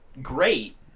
Great